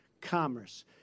commerce